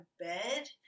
bed